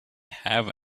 have